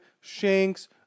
Shanks